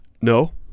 no